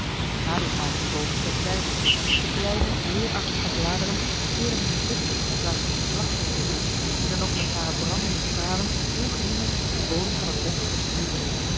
schaduw gaven die boomen slechts weinig de kleine leerachtige bladeren keerden hunne dikte in plaats van hunne vlakte naar de zon die dan ook met hare brandende stralen ongehinderd den bodem van het bosch